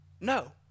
no